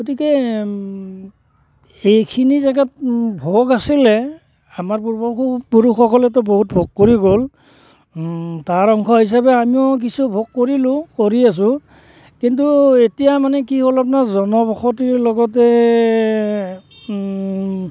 গতিকে এইখিনি জেগাত ভোগ আছিলে আমাৰ পূৰ্বপুৰুষসকলেতো বহুত ভোগ কৰি গ'ল তাৰ অংশ হিচাপে আমিও কিছু ভোগ কৰিলোঁ কৰি আছোঁ কিন্তু এতিয়া মানে কি অলপ জনবসতিৰ লগতে